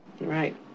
Right